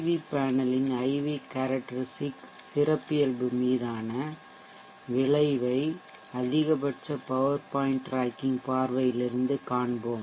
we பேனலின் IV characteristic சிறப்பியல்பு மீதான விளைவை அதிகபட்ச பவர் பாயிண்ட் டிராக்கிங் பார்வையில் இருந்து காண்போம்